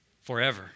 forever